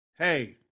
Hey